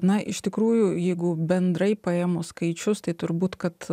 na iš tikrųjų jeigu bendrai paėmus skaičius tai turbūt kad